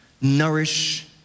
nourish